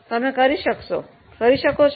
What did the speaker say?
તમે કરી શકો છો